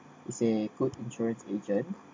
is a good insurance agent